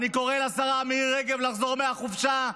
אני קורא לשרה מירי רגב לחזור מהחופשה,